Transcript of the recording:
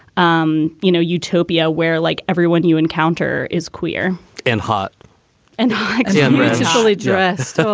um you know, utopia where like everyone you encounter is queer and hot and fully dressed. so